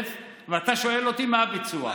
ואתה שואל אותי מה הביצוע.